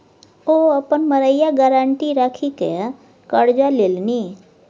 ओ अपन मड़ैया गारंटी राखिकए करजा लेलनि